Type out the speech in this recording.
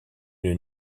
une